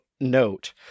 note